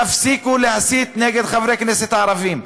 תפסיקו להסית נגד חברי הכנסת הערבים.